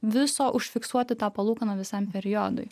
viso užfiksuoti tą palūkanų visam periodui